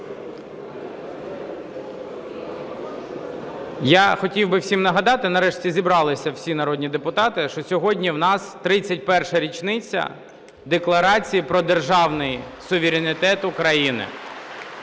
Я хотів би всім нагадати, нарешті зібралися всі народні депутати, що сьогодні в нас 31-а річниця Декларації про державний суверенітет України.